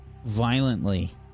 Violently